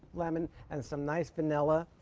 like um and and some nice vanilla.